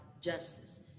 justice